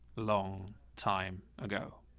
long time ago.